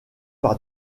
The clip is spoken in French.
par